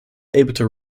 able